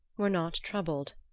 were not troubled,